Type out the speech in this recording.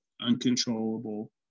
uncontrollable